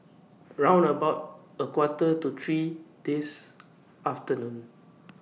round about A Quarter to three This afternoon